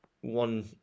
One